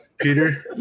Peter